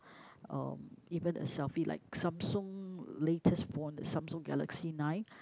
uh even a selfie like Samsung latest phone Samsung galaxy nine